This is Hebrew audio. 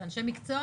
אלו אנשי מקצוע?